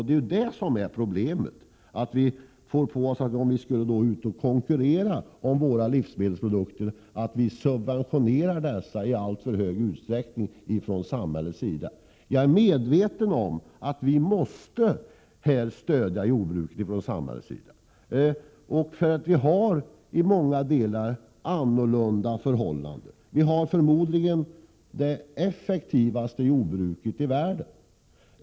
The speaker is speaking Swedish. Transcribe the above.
Det är det som är problemet. Om vi skulle konkurrera med våra livsmedelsprodukter skulle det nämligen kunna påstås att samhället subventionerar dem i alltför stor utsträckning. Jag är medveten om att samhället måste stödja jordbruket. Vi har i stora delar andra förhållanden och förmodligen det effektivaste jordbruket i världen.